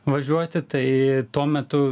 važiuoti tai tuo metu